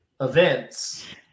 events